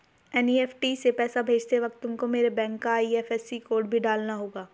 NEFT से पैसा भेजते वक्त तुमको मेरे बैंक का आई.एफ.एस.सी कोड भी डालना होगा